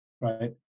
Right